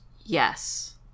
Yes